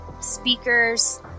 speakers